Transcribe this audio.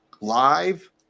live